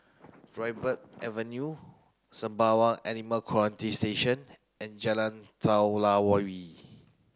Dryburgh Avenue Sembawang Animal Quarantine Station and Jalan